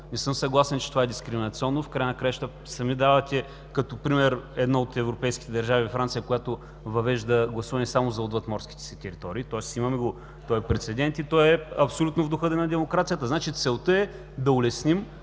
Не съм съгласен, че това е дискриминационно. В края на краищата сами давате като пример една от европейските държави – Франция, която въвежда гласуване само за отвъдморските си територии, тоест имаме го този прецедент и то е абсолютно в духа на демокрацията. Значи, целта е да улесним